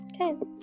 Okay